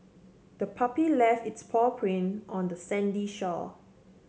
the puppy left its paw print on the sandy shore